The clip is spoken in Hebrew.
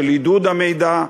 של עידוד המידע.